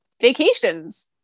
vacations